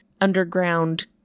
underground